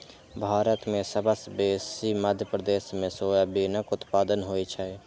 भारत मे सबसँ बेसी मध्य प्रदेश मे सोयाबीनक उत्पादन होइ छै